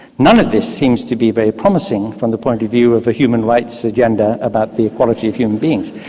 none of this seems to be very promising from the point of view of a human rights agenda about the equality of human beings.